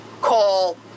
call